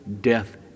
death